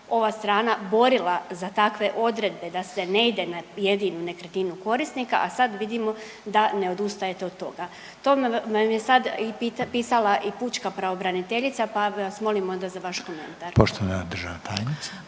ova strana borila za takve odredbe da se ne ide na jedinu nekretninu korisnika, a sad vidimo da ne odustajte od toga? To vam je sad i pisala i pučka pravobraniteljica pa vas molimo za vaš komentar. **Reiner, Željko